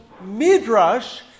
Midrash